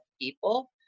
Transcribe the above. people